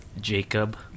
Jacob